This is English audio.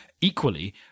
equally